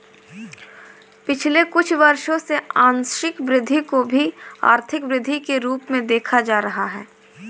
पिछले कुछ वर्षों से आंशिक वृद्धि को भी आर्थिक वृद्धि के रूप में देखा जा रहा है